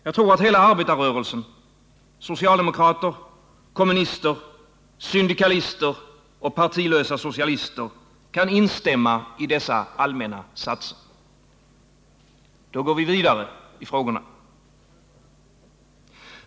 Jag tror att hela arbetarrörelsen — socialdemokrater, kommunister, syndikalister och partilösa socialister — kan instämma i dessa allmänna satser. Då går vi vidare i frågorna.